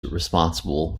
responsible